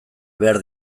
behar